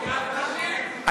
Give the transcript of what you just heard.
שירת נשים.